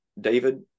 David